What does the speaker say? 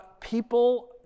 people